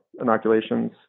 inoculations